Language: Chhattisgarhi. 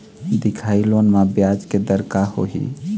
दिखाही लोन म ब्याज के दर का होही?